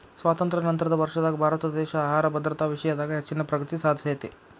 ಸ್ವಾತಂತ್ರ್ಯ ನಂತರದ ವರ್ಷದಾಗ ಭಾರತದೇಶ ಆಹಾರ ಭದ್ರತಾ ವಿಷಯದಾಗ ಹೆಚ್ಚಿನ ಪ್ರಗತಿ ಸಾಧಿಸೇತಿ